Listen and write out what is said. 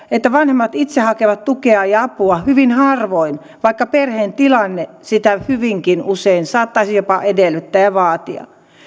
että vanhemmat itse hakevat tukea ja apua hyvin harvoin vaikka perheen tilanne sitä hyvinkin usein saattaisi jopa edellyttää ja vaatia